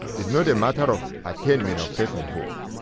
is not a matter of attainment of personhood.